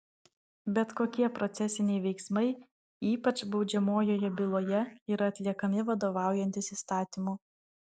bet kokie procesiniai veiksmai ypač baudžiamojoje byloje yra atliekami vadovaujantis įstatymu